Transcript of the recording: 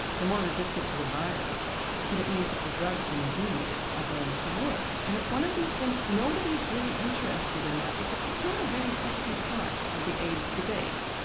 more resistant to the virus but it means that the drugs when they do need it are going to work. and it's one of these things nobody's really interested in that because it's not a very sexy part of the aids debate.